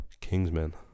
Kingsman